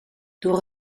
door